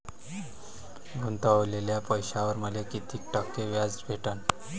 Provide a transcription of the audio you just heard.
गुतवलेल्या पैशावर मले कितीक टक्के व्याज भेटन?